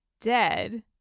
dead